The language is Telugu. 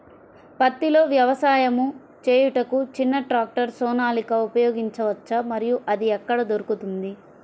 పత్తిలో వ్యవసాయము చేయుటకు చిన్న ట్రాక్టర్ సోనాలిక ఉపయోగించవచ్చా మరియు అది ఎక్కడ దొరుకుతుంది?